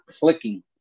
clicking